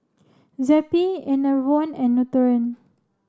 Zappy Enervon and Nutren